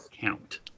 count